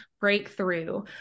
breakthrough